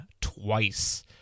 twice